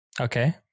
Okay